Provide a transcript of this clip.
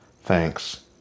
Thanks